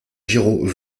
giraud